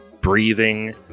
breathing